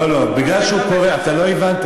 לא, כי הוא קורא, אתה לא הבנת.